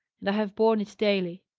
and i have borne it daily.